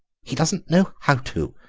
he doesn't know how to.